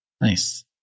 Nice